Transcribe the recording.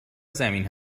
زمین